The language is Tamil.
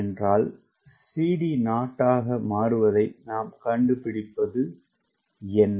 CP 0 ஆக மாறுவதை நாம் கண்டுபிடிப்பது என்ன